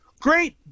Great